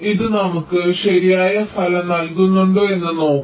ഇത് നമുക്ക് ശരിയായ ഫലം നൽകുന്നുണ്ടോ എന്ന് നോക്കാം